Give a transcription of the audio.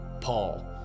Paul